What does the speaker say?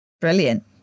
Brilliant